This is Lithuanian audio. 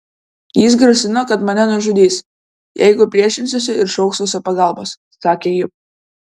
jis grasino kad mane nužudys jeigu priešinsiuosi ir šauksiuosi pagalbos sakė ji